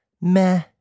meh